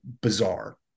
bizarre